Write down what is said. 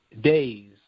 days